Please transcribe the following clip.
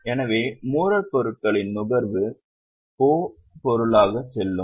எனவே மூலப்பொருட்களின் நுகர்வு O பொருளாக செல்லும்